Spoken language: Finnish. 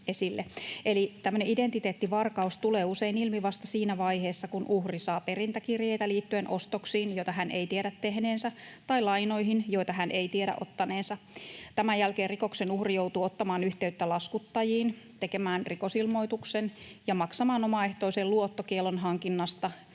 identiteettivarkaus tulee usein ilmi vasta siinä vaiheessa, kun uhri saa perintäkirjeitä liittyen ostoksiin, joita hän ei tiedä tehneensä, tai lainoihin, joita hän ei tiedä ottaneensa. Tämän jälkeen rikoksen uhri joutuu ottamaan yhteyttä laskuttajiin, tekemään rikosilmoituksen ja maksamaan omaehtoisen luottokiellon hankinnasta,